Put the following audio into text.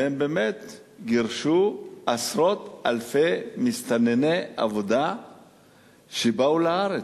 והם באמת גירשו עשרות אלפי מסתנני עבודה שבאו לארץ.